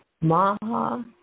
Maha